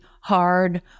hard